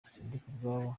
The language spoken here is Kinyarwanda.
sindikubwabo